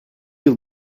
yıl